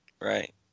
Right